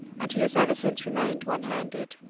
and he has ever since remained one-handed.